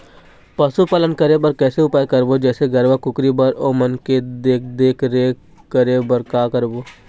पशुपालन करें बर कैसे उपाय करबो, जैसे गरवा, कुकरी बर ओमन के देख देख रेख करें बर का करबो?